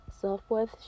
self-worth